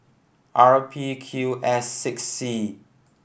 R P Q S six C